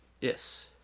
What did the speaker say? Yes